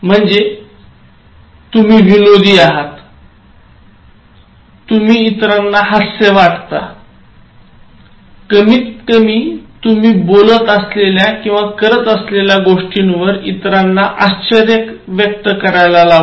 म्हणजे तुम्ही विनोदी आहात तुम्ही हास्य वाटता कमीतकमी तुम्ही बोलत असलेल्या किंवा करत असलेल्या गोष्टींवर इतरांना आश्चर्य व्यक्त करायला लावता